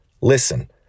Listen